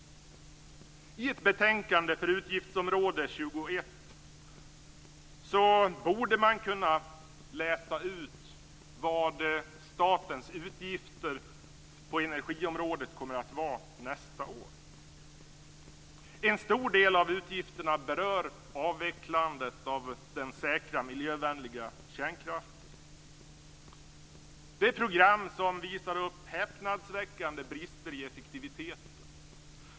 I ett betänkande för utgiftsområde 21 borde man kunna läsa ut vad statens utgifter på energiområdet kommer att vara nästa år. En stor del av utgifterna berör avvecklingen av den säkra miljövänliga kärnkraften. Det är ett program som visar upp häpnadsväckande brister i effektivitet.